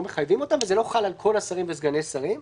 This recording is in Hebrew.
לא מחייבים אותם וזה לא חל על כל השרים וסגני השרים,